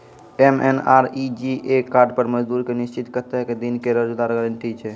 MNREGA card पर मजदुर के निश्चित कत्तेक दिन के रोजगार गारंटी छै?